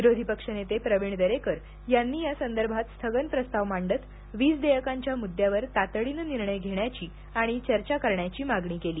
विरोधी पक्षनेते प्रवीण दरेकर यांनी यासंदर्भात स्थगन प्रस्ताव मांडत वीज देयकांच्या मुदद्दावर तातडीने निर्णय घेण्याची आणि चर्चा करण्याची मागणी केली